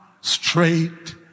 straight